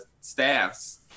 staffs